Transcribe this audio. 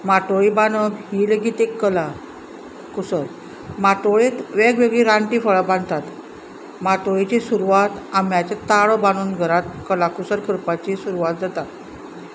माटोळी बांदप ही लेगीत एक कला कुसर माटोळेंत वेगवेगळीं रानटी फळां बांदतात माटोळेची सुरवात आंब्याचे ताळो बांदून घरांत कला कुसर करपाची सुरवात जाता